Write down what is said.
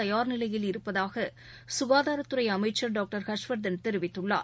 தயார் நிலையில் இருப்பதாக சுகாதாரத்துறை அமைச்சர் டாக்டர் ஹர்ஷ்வர்தன் தெரிவித்துள்ளார்